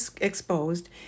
exposed